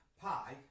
pi